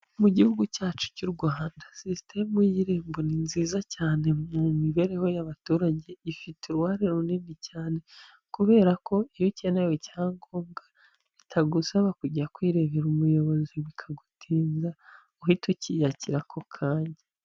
Mu gihugu cyacu cy'u Rwanda sisitemu y'Irembo ni nziza cyane mu mibereho y'abaturage, ifite uruhare runini cyane, kubera ko iyo ukeneye icyangombwa bitagusaba kujya kwirebera umuyobozi bikagutinza, uhita ukiyakira ako kanya.